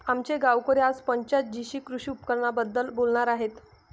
आमचे गावकरी आज पंचायत जीशी कृषी उपकरणांबद्दल बोलणार आहेत